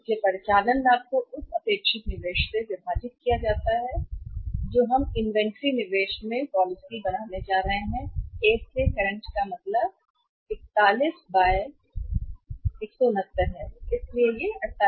इसलिए परिचालन लाभ को उस अपेक्षित निवेश से विभाजित किया जाता है जो हम हैं इन्वेंट्री में हम निवेश और पॉलिसी बनाने जा रहे हैं A से करंट का मतलब 41169 है इसलिए यह 485 है